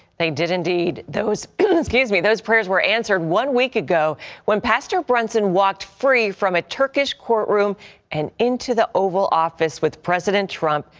they did indeed that was in this case we those prayers were answered one week ago when pastor brunson walked free from a turkish court room and into the oval office with president trump.